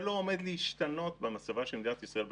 בתחומו זה היועץ המדיני של ראש הממשלה מול המקבילים שלו,